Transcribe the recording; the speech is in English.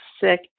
sick